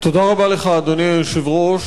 אדוני היושב-ראש,